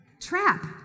trap